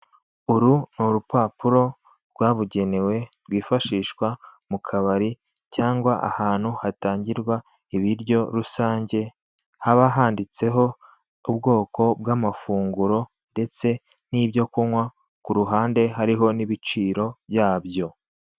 Uru ni urupapuro rwabugenewe rwifashishwa mu kabari cyangwa ahantu hatangirwa ibiryo rusange, haba handitseho ubwoko bw'amafunguro ndetse n'ibyo kunywa ku ruhande hariho n'ibiciro byabyo.